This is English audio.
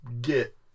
get